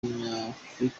w’umunyafurika